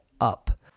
Up